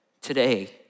today